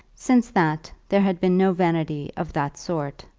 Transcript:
since that there had been no vanity of that sort.